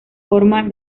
forma